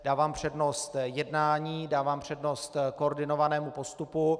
Dávám přednost jednání, dávám přednost koordinovanému postupu.